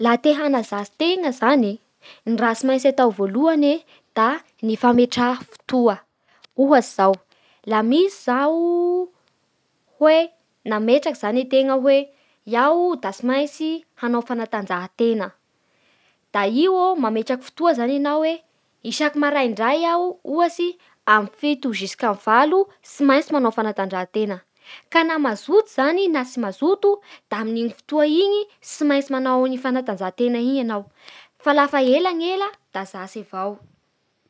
Laha te hanazatsy tena zany e, ny raha tsy maintsy atao voalohany e ny fametraha fotoa, ohatsy zao laha misy zao hoe nametraky zagny antegna hoe iaho da tsy maintsy hanao fanatanjaha-tena, da io mametraky fotoa zany enao hoe isakin'ny maraindray aho ohatsy aminny fito zisikamin'ny valo tsimaintsy manao fanatanjaha-tena ka na mazoto na tsy mazoto da amin'io fotoa io tsy maintsy manao an'io fantanjaha-tena igny enao fa lafa ela ny ela da zatsy avao.